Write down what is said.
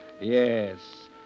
Yes